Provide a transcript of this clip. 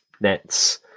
nets